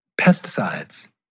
Pesticides